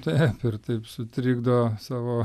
taip ir taip sutrikdo savo